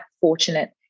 fortunate